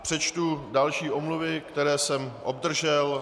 Přečtu další omluvy, které jsem obdržel.